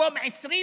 מקום 22